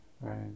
Right